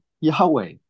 Yahweh